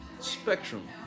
spectrum